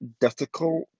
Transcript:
difficult